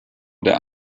der